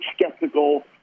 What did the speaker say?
skeptical